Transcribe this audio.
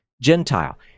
Gentile